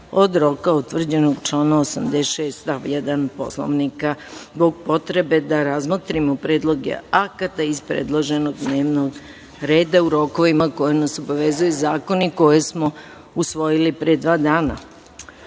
od roka utvrđenog u članu 86. stav 1. Poslovnika, zbog potrebe da razmotrimo predloge akata iz predloženog dnevnog reda u rokovima na koje nas obavezuju zakoni koje smo usvojili pre dva